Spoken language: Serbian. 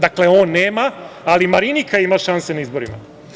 Dakle, on nema, ali Marinika ima šanse na izborima.